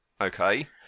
okay